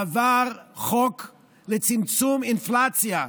עבר חוק לצמצום אינפלציה,